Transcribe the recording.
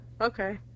Okay